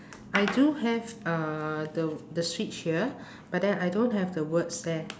I do have uh the s~ the switch here but then I don't have the words there